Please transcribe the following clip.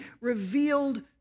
revealed